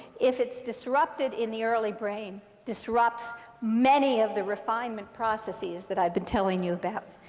if it's disrupted in the early brain, disrupts many of the refinement processes that i've been telling you about.